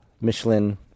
Michelin